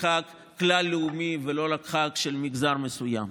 כחג כלל לאומי ולא רק כחג של מגזר מסוים.